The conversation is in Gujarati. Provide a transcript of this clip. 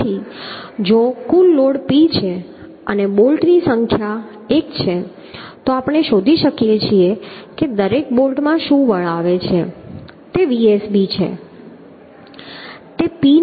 તેથી જો કુલ લોડ p છે અને બોલ્ટની કુલ સંખ્યા l છે તો આપણે શોધી શકીએ છીએ કે દરેક બોલ્ટમાં શું બળ આવે છે તે Vsb છે